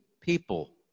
people